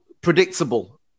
predictable